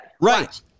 right